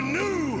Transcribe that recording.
new